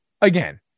Again